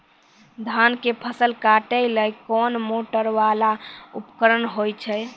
धान के फसल काटैले कोन मोटरवाला उपकरण होय छै?